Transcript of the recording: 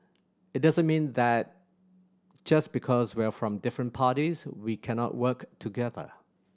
it doesn't mean that just because we're from different parties we cannot work together